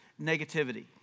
Negativity